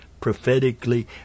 prophetically